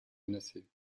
menacées